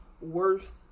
worth